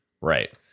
Right